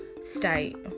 state